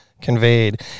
conveyed